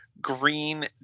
green